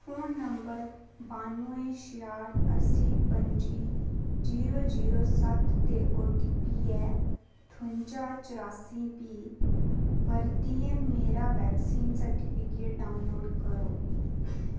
phone number बानुऐ छेआठ अस्सी पंजी जीरो जीरो सत्त ते ओटीपी ऐ ठुंजा चरासी बीह् बरतियै मेरा वैक्सीन सर्टिफिकेट डाउनलोड करो